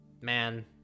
man